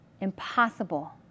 Impossible